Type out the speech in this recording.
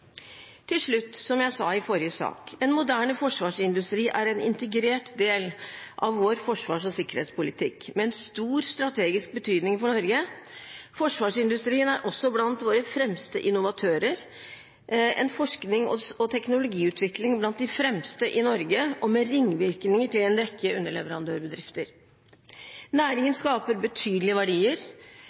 Til slutt, som jeg sa i forrige sak: En moderne forsvarsindustri er en integrert del av vår forsvars- og sikkerhetspolitikk med en stor strategisk betydning for Norge. Forsvarsindustrien er også blant våre fremste innovatører, med en forsknings- og teknologiutvikling blant de fremste i Norge og med ringvirkninger til en rekke underleverandørbedrifter. Næringen skaper betydelige verdier